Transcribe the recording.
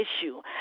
issue